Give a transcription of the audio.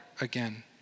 again